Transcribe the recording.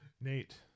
Nate